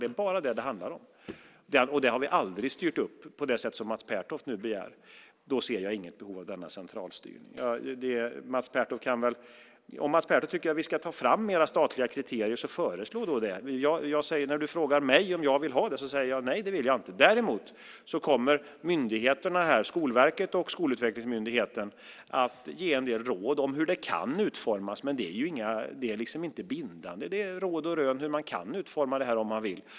Det är bara det som det handlar om, och det har vi aldrig styrt upp på det sätt som Mats Pertoft nu begär. Jag ser inget behov av denna centralstyrning. Om Mats Pertoft tycker att vi ska ta fram mer statliga kriterier så föreslå då det! Men när du frågar mig om jag vill ha det säger jag nej, det vill jag inte. Däremot kommer myndigheterna, Skolverket och Skolutvecklingsmyndigheten, att ge en del råd om hur det kan utformas, men de är inte bindande. Det är råd om hur man kan utforma detta om man vill.